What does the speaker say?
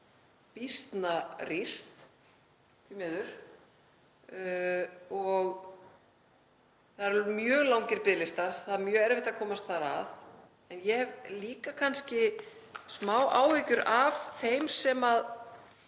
býsna rýrt, því miður, og það eru mjög langir biðlistar, það er mjög erfitt að komast þar að. Ég hef líka kannski smá áhyggjur af þeim sem